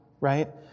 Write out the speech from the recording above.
right